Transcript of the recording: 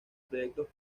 proyectos